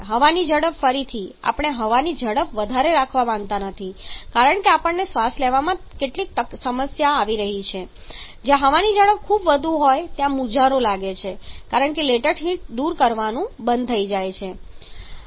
હવાની ઝડપ ફરીથી આપણે હવાની ઝડપ વધારે રાખવા માંગતા નથી કારણ કે આપણને શ્વાસ લેવામાં કેટલીક સમસ્યાઓ આવી રહી છે જ્યાં હવાની ઝડપ ખૂબ ઓછી હોય છે ત્યાં મુંજારો લાગે છે કારણ કે લેટન્ટ હીટ દૂર કરવાનું બંધ થઈ જાય છે